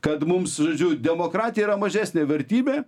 kad mums žodžiu demokratija yra mažesnė vertybė